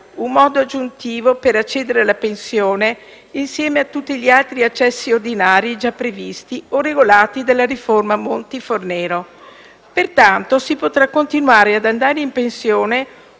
un modo aggiuntivo per accedere alla pensione insieme a tutti gli altri accessi ordinari già previsti o regolati dalla riforma Monti-Fornero. Pertanto, si potrà continuare ad andare in pensione